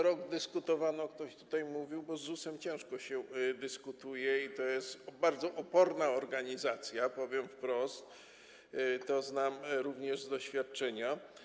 Rok dyskutowano, jak ktoś tutaj mówił, bo z ZUS-em ciężko się dyskutuje i to jest bardzo oporna organizacja, powiem wprost, a znam to z doświadczenia.